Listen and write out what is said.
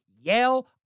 Yale